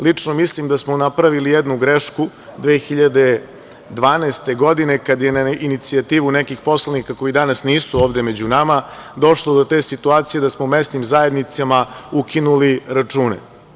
Lično mislim da smo napravili jednu grešku 2012. godine kada je na inicijativu nekih poslanika koji danas nisu ovde među nama, došlo do te situacije da smo mesnim zajednicama ukinuli račune.